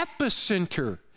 epicenter